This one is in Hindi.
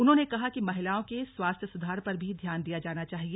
उन्होंने कहा कि महिलाओं के स्वास्थ्य सुधार पर भी ध्यान दिया जाना चाहिए